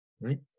right